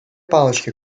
палочки